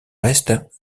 restes